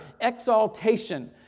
exaltation